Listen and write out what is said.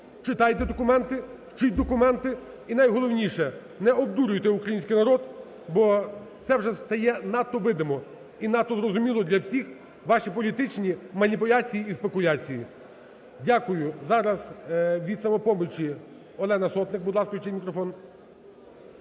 читайте документи, вчіть документи, і, найголовніше, не обдурюйте український народ, бо це вже стає надто видимо і надто зрозуміло для всіх, ваші політичні маніпуляції і спекуляції. Дякую. Зараз від "Самопомочі" Олена Сотник. Будь ласка, включіть мікрофон.